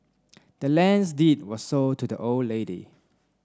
the land's deed was sold to the old lady